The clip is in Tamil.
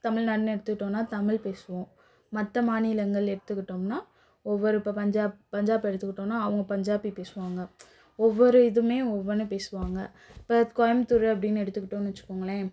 தமிழ்நாடுன்னு எடுத்துக்கிட்டோன்னால் தமிழ் பேசுவோம் மற்ற மாநிலங்கள் எடுத்துக்கிட்டோம்னால் ஒவ்வொரு இப்போ பஞ்சாப் பஞ்சாப் எடுத்துக்கிட்டோன்னால் அவங்க பஞ்சாபி பேசுவாங்க ஒவ்வொரு இதுவுமே ஒவ்வொன்று பேசுவாங்க இப்போ கோயம்புத்தூர் அப்படின்னு எடுத்துக்கிட்டோம்ன்னு வைச்சுக்கோங்களேன்